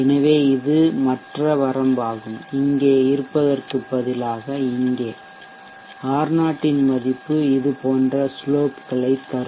எனவே இது மற்ற வரம்பாகும் இங்கே இருப்பதற்குப் பதிலாக இங்கே R0 இன் மதிப்பு இது போன்ற ஸ்லோப்களைத் தரும்